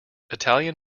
italian